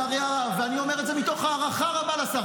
ואני אומר את זה מתוך הערכה רבה לשר